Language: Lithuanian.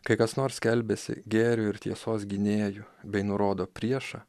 kai kas nors skelbiasi gėrio ir tiesos gynėju bei nurodo priešą